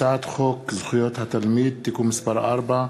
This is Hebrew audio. הצעת חוק זכויות התלמיד (תיקון מס' 4),